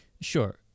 Sure